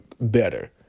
better